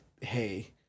hey